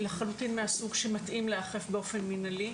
לחלוטין מהסוג שמתאים להיאכף באופן מנהלי,